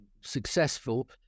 successful